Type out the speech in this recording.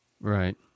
Right